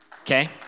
Okay